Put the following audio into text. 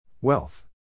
Wealth